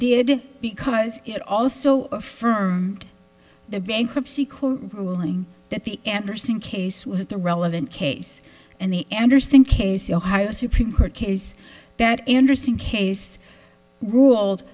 did because it also affirmed the bankruptcy court ruling that the andersen case was the relevant case and the andersen case the ohio supreme court case that interesting case ruled